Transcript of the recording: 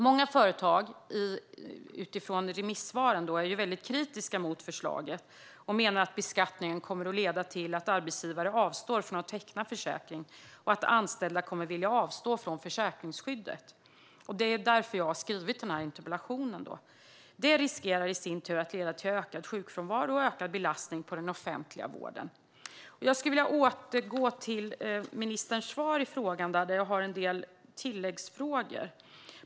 Många företag är i remissvaren mycket kritiska till förslaget och menar att beskattningen kommer att leda till att arbetsgivare avstår från att teckna försäkring och att anställda kommer att vilja avstå från försäkringsskyddet, och det är därför jag har ställt denna interpellation. Detta riskerar i sin tur att leda till ökad sjukfrånvaro och ökad belastning på den offentliga vården. Låt mig återgå till ministerns svar. Jag har en del tilläggsfrågor.